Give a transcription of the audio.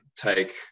take